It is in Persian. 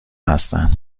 هستن